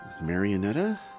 Marionetta